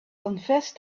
confessed